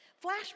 Flash